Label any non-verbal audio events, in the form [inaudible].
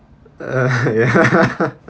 uh ya [laughs]